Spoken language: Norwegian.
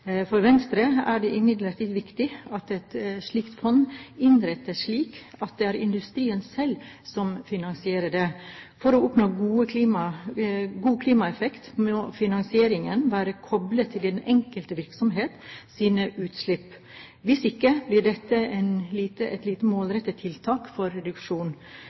For Venstre er det imidlertid viktig at et slikt fond innrettes slik at det er industrien selv som finansierer det. For å oppnå god klimaeffekt må finansieringen være koblet til den enkelte virksomhets utslipp. Hvis ikke, blir dette et lite målrettet tiltak for